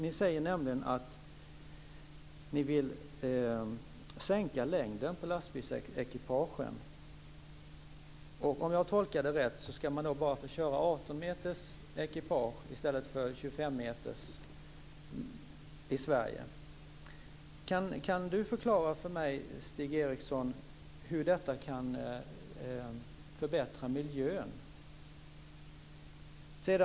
Ni säger att ni vill sänka längden på lastbilsekipagen. Om jag tolkar det rätt ska man i Sverige bara få köra med ekipage om högst 18 meter i stället för högst 25 meter. Kan Stig Eriksson förklara för mig hur detta kan förbättra miljön?